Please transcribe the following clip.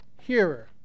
hearer